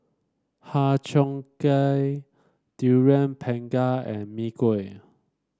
Har Cheong Gai Durian Pengat and Mee Kuah